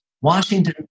Washington